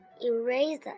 eraser